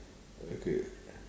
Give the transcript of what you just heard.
okay